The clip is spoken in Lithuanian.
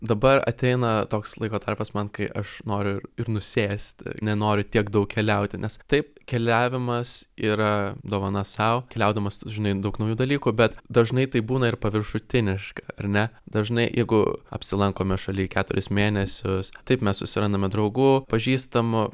dabar ateina toks laiko tarpas man kai aš noriu ir ir nusėsti nenoriu tiek daug keliauti nes taip keliavimas yra dovana sau keliaudamas sužinai daug naujų dalykų bet dažnai tai būna ir paviršutiniška ar ne dažnai jeigu apsilankome šaly keturis mėnesius taip mes susirandame draugų pažįstamų